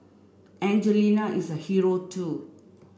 Angelina is a hero too